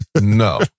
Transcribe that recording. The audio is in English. no